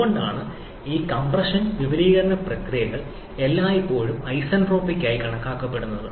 അതുകൊണ്ടാണ് ഈ കംപ്രഷൻ വിപുലീകരണ പ്രക്രിയകൾ എല്ലായ്പ്പോഴും ഐസന്റ്രോപിക് ആയി കണക്കാക്കപ്പെടുന്നത്